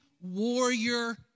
warrior